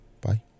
Bye